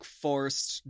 forced